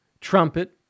trumpet